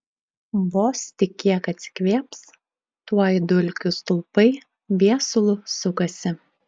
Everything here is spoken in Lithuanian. vos tik kiek atsikvėps tuoj dulkių stulpai viesulu sukasi